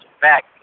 back